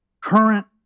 current